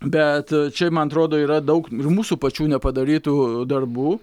bet čia man atrodo yra daug ir mūsų pačių nepadarytų darbų